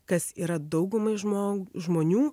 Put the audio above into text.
kas yra daugumai žmog žmonių